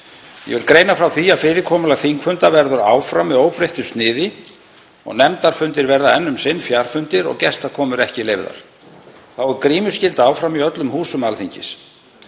Ég vil greina frá því að fyrirkomulag þingfunda verður áfram með óbreyttu sniði og nefndafundir verða enn um sinn fjarfundir og gestakomur ekki leyfðar. Þá er grímuskylda áfram í öllum húsum Alþingis.